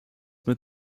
mit